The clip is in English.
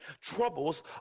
troubles